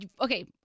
Okay